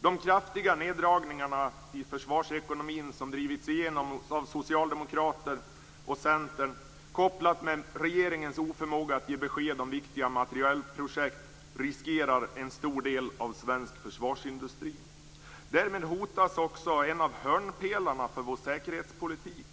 De kraftiga neddragningar i försvarsekonomin som drivits igenom av Socialdemokraterna och Centern kopplat med regeringen oförmåga att ge besked om viktiga materielprojekt riskerar en stor del av den svenska försvarsindustrin. Därmed hotas också en av hörnpelarna för vår säkerhetspolitik.